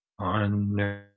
on